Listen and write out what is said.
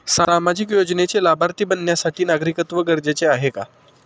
सामाजिक योजनेचे लाभार्थी बनण्यासाठी नागरिकत्व गरजेचे आहे का?